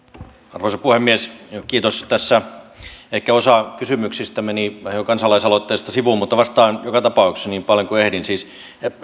arvoisa puhemies kiitos tässä ehkä osa kysymyksistä meni jo kansalaisaloitteesta sivuun mutta vastaan joka tapauksessa niin paljon kuin ehdin siis